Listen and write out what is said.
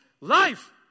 life